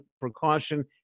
precaution